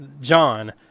john